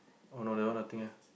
oh no that one nothing ah